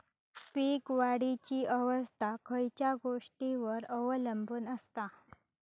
पीक वाढीची अवस्था खयच्या गोष्टींवर अवलंबून असता?